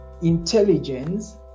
intelligence